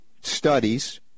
studies